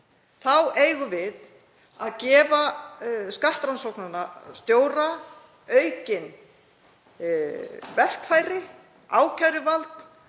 þá eigum við að gefa skattrannsóknarstjóra aukin verkfæri, ákæruvald